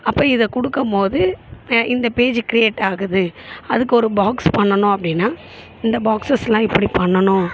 அப்போ இதை கொடுக்கம்போது இந்த பேஜ்ஜி க்ரியேட் ஆகுது அதுக்கு ஒரு பாக்ஸ் பண்ணணும் அப்படின்னா இந்த பாக்ஸஸ்லாம் இப்படி பண்ணணும்